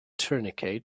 tourniquet